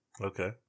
okay